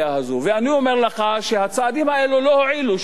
ואני אומר לך שהצעדים האלו לא הועילו בדבר.